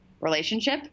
relationship